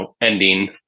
ending